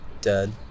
Dead